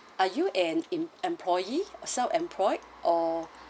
are you an em~ employee self-employed or